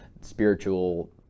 spiritual